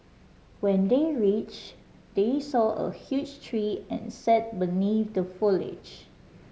when they reached they saw a huge tree and sat beneath the foliage